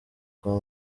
kwa